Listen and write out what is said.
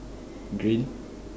green